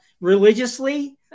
religiously